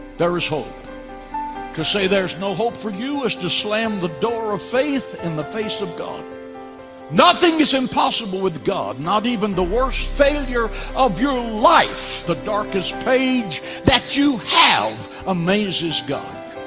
there is hope to say there's no hope for you as to slam the door of faith in the face of god nothing is impossible with god not even the worst failure of your life the darkest page that you have amazes god